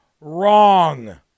wrong